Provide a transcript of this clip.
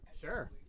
sure